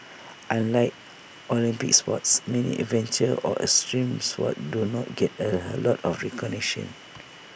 unlike Olympic sports many adventure or extreme sports do not get A lot of recognition